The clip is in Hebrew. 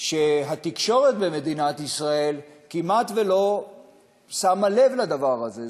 שהתקשורת במדינת ישראל כמעט ולא שמה לב לדבר הזה,